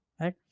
right